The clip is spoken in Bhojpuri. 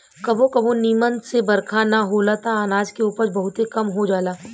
कबो कबो निमन से बरखा ना होला त अनाज के उपज बहुते कम हो जाला